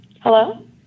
Hello